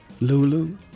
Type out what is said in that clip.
Lulu